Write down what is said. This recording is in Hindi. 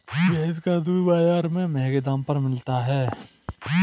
भैंस का दूध बाजार में महँगे दाम पर मिलता है